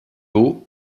haut